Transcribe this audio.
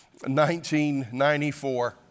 1994